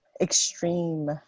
extreme